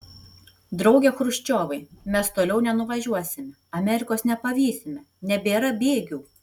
drauge chruščiovai mes toliau nenuvažiuosime amerikos nepavysime nebėra bėgių